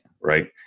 Right